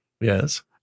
Yes